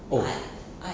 oh